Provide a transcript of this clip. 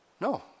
No